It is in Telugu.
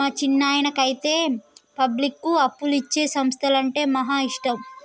మా చిన్నాయనకైతే పబ్లిక్కు అప్పులిచ్చే సంస్థలంటే మహా ఇష్టం